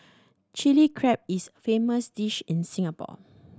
Chilli Crab is a famous dish in Singapore